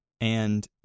And-